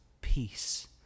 peace